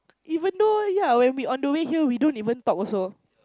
even though yeah when we on the way here we don't even talk also